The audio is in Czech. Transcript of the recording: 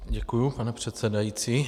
Děkuji, pane předsedající.